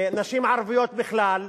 נשים ערביות בכלל,